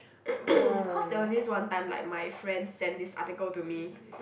cause there was this one time like my friend sent this article to me